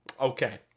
Okay